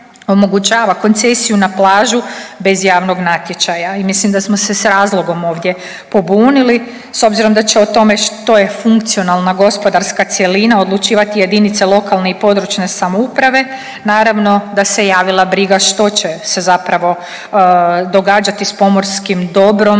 omogućava koncesiju na plažu bez javnog natječaja i mislim da smo se s razlogom ovdje pobunili s obzirom da će o tome što je funkcionalna gospodarska cjelina odlučivati jedinice lokalne i područne samouprave, naravno da se javila briga što će se zapravo događati s pomorskim dobrom